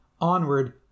onward